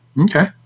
Okay